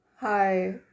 Hi